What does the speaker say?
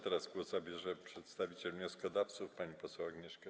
Teraz głos zabierze przedstawiciel wnioskodawców pani poseł Agnieszka